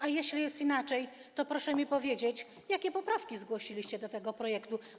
A jeśli jest inaczej, to proszę mi powiedzieć, jakie poprawki zgłosiliście do tego projektu.